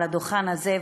על הדוכן הזה,